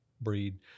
breed